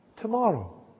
tomorrow